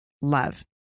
love